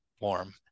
warm